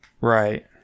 Right